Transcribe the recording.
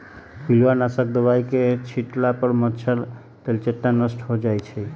पिलुआ नाशक दवाई के छिट्ला पर मच्छर, तेलट्टा नष्ट हो जाइ छइ